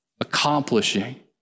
accomplishing